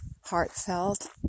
heartfelt